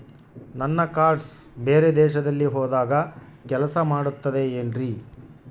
ನನ್ನ ಕಾರ್ಡ್ಸ್ ಬೇರೆ ದೇಶದಲ್ಲಿ ಹೋದಾಗ ಕೆಲಸ ಮಾಡುತ್ತದೆ ಏನ್ರಿ?